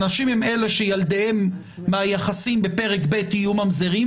הנשים הן אלה שילדיהן מהיחסים בפרק ב' יהיו ממזרים,